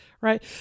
right